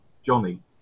Johnny